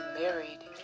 married